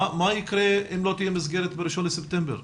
מה יקרה אם לא תהיה מסגרת בראשון לספטמבר?